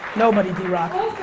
nobody, drock.